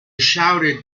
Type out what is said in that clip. shouted